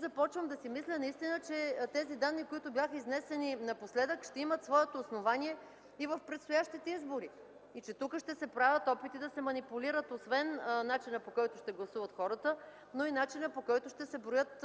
Започвам да си мисля, че тези данни, които бяха изнесени напоследък, ще имат своето основание и в предстоящите избори и че тук ще се правят опити да се манипулират, освен начинът, по който ще гласуват хората, но и начинът, по който ще се броят